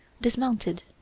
dismounted